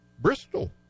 Bristol